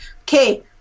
Okay